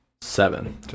Seven